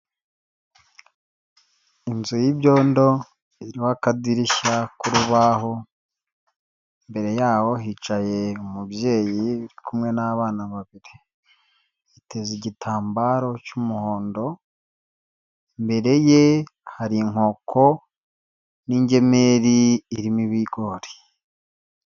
Inzu y'ibyondo y'akadirishya k'urubaho, imbere yaho hicaye umubyeyi uri kumwe n'abana babiri, yiteze igitambaro cy'umuhondo. Imbere ye hari inkoko n'ingemeri irimo ibigori.